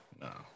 no